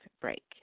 break